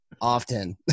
often